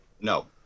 No